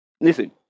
Listen